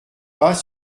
pas